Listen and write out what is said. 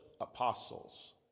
apostles